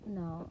no